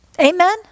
Amen